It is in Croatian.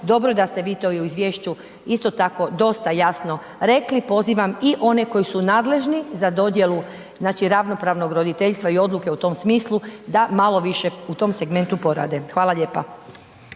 dobro da ste vi to i u izvješću isto tako dosta jasno rekli, pozivam i one koji su nadležni za dodjelu znači ravnopravnog roditeljstva i odluke u tom smislu da malo više u tom segmentu porade. Hvala lijepa.